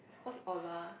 what's Or-Lua